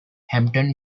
hampton